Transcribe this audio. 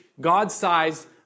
God-sized